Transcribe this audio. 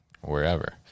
wherever